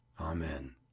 Amen